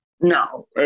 no